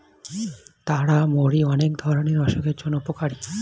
তারা মৌরি অনেক ধরণের অসুখের জন্য উপকারী